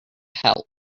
help